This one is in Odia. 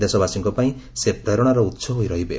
ଦେଶବାସୀଙ୍କ ପାଇଁ ସେ ପ୍ରେରଣାର ଉହ ହୋଇ ରହିବେ